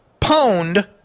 pwned